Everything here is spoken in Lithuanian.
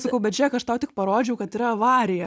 sakau bet žiūrėk aš tau tik parodžiau kad yra avarija